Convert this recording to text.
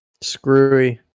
Screwy